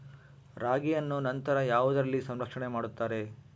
ರಾಗಿಯನ್ನು ನಂತರ ಯಾವುದರಲ್ಲಿ ಸಂರಕ್ಷಣೆ ಮಾಡುತ್ತಾರೆ?